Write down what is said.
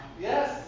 Yes